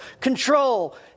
control